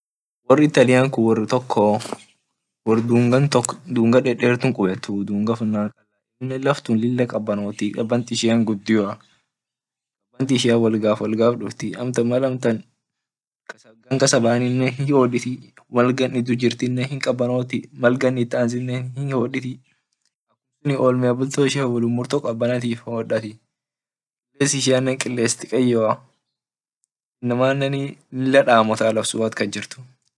Wor itali tok wor dunga funan dedertua kubetii laftun lila kabanotii kaban ishian lila gudio wont ishian wolgafa wolgaf duftii mal amtan gan kasa banii hihoditii mal gan diju jirtinne hinkabanoti mal gan it anzitinne hihoditi olmea bulto ishian hoduma kabanatii kiles ishiane kiles dikeyoa inamanne lila damota wot at lafsun kas jirt.